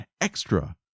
EXTRA